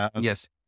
Yes